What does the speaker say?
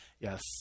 Yes